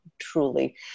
truly